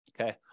Okay